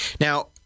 Now